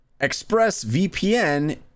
ExpressVPN